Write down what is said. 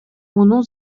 муну